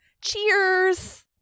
Cheers